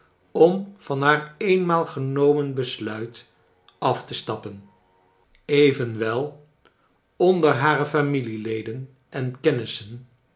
om van haar eenmaal genomen besluit af te stappen evenwel onder bare familieleden en kennissen